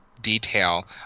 detail